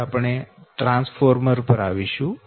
હવે આપણે ટ્રાન્સફોર્મર પર આવીશું